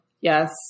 Yes